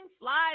flies